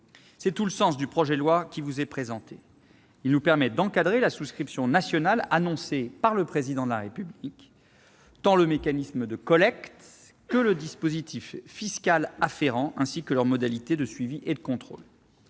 C'est tout le sens du projet de loi qui vous est présenté. Ce texte nous permet d'encadrer la souscription nationale annoncée par le Président de la République : tant le mécanisme de collecte que le dispositif fiscal afférent, ainsi que leurs modalités de suivi et de contrôle.